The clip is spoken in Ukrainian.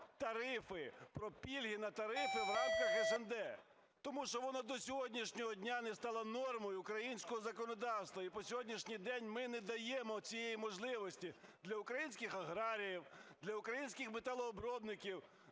тарифи, про пільги на тарифи в рамках СНД. Тому що воно до сьогоднішнього дня не стало нормою українського законодавства, і по сьогоднішній день ми не даємо цієї можливості для українських аграріїв, для українських металообробників,